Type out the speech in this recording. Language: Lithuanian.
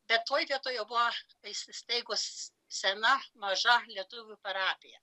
bet toj vietoj jau buvo įsisteigus sena maža lietuvių parapija